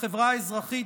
בחברה האזרחית,